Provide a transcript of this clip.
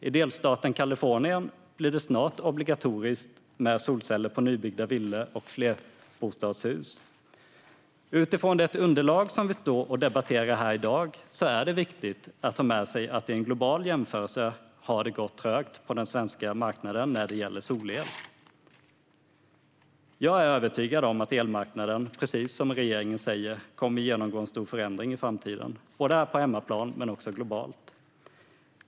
I delstaten Kalifornien blir det snart obligatoriskt med solceller på nybyggda villor och flerbostadshus. Utifrån det underlag som vi står och debatterar här i dag är det viktigt att ha med sig att vid en global jämförelse har det gått trögt på den svenska marknaden när det gäller solel. Jag är övertygad om att elmarknaden, precis som regeringen säger, kommer att genomgå en stor förändring i framtiden, både här på hemmaplan och globalt.